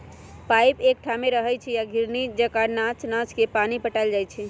pipe एकठाम रहै छइ आ घिरणी जका नच नच के पानी पटायल जाइ छै